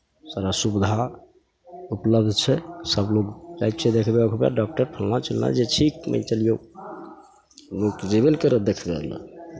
सारा सुविधा उपलब्ध छै सभ लोग जाइ छै देखबै उखबै डॉक्टर फलना चिलना जे छी ले चलियौ लोग तऽ जयबे ने करत देखबै लेल